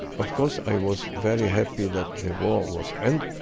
of course i was very happy that the war was end,